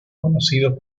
conocidos